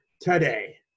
today